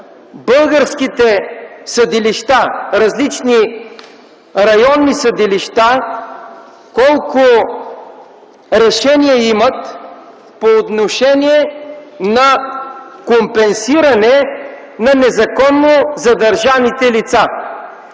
българските съдилища, различни районни съдилища, колко решения имат по отношение на компенсиране на незаконно задържаните лица?